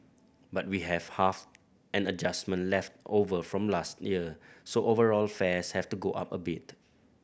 but we have half an adjustment left over from last year so overall fares have to go up a bit